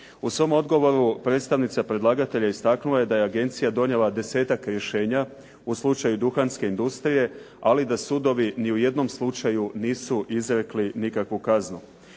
U svom odgovoru predstavnica predlagatelja istaknula je da je agencija donijela desetak rješenja u slučaju duhanske industrije, ali da sudovi ni u jednom slučaju nisu izrekli nikakvu kaznu.